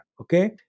Okay